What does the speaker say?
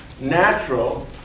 natural